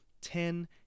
Ten